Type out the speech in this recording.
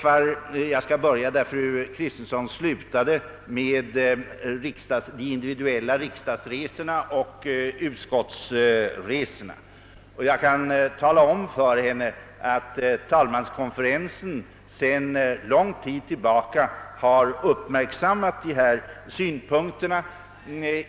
Jag skall börja där fru Kristensson slutade, d. v. s. med de individuella resorna och utskottsresorna. Jag kan tala om för fru Kristensson att talmanskonferensen sedan lång tid tillbaka har upp märksammat dessa synpunkter.